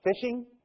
Fishing